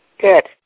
Good